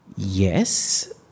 Yes